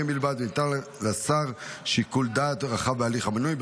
בלבד וניתן לשר שיקול דעת רחב בהליך המינוי.